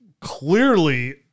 Clearly